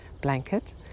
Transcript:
blanket